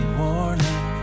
warning